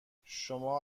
شما